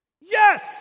Yes